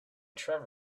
trevor